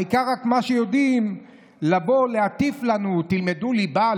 העיקר רק שיודעים לבוא ולהטיף לנו: תלמדו ליבה,